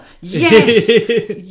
Yes